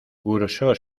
cursó